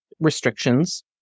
restrictions